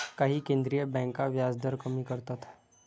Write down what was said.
काही केंद्रीय बँका व्याजदर कमी करतात